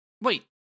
Wait